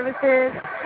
services